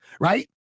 right